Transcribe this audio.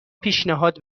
پیشنهاد